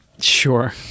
Sure